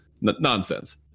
Nonsense